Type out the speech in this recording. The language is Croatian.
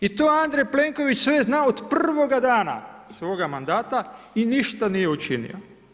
I to Andrej Plenković sve zna od prvoga dana svoga mandata i ništa nije učinio.